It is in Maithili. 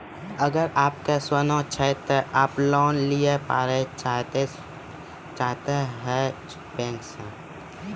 अगर आप के सोना छै ते आप लोन लिए पारे चाहते हैं बैंक से?